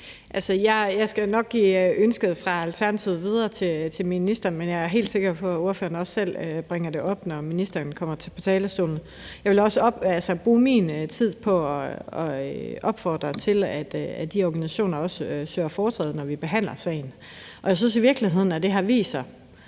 Jeg skal jo nok give ønsket fra Alternativet videre til ministeren, men jeg er også helt sikker på, at ordføreren selv bringer det op, når ministeren kommer på talerstolen. Jeg vil også bruge min tid på at opfordre til, at de organisationer også søger foretræde, når vi behandler sagen. Jeg synes i virkeligheden, at det har vist